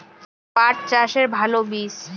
পাঠ চাষের ভালো বীজ?